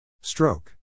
Stroke